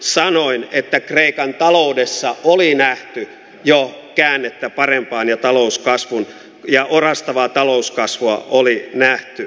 sanoin että kreikan taloudessa oli nähty jo käännettä parempaan ja orastavaa talouskasvua oli nähty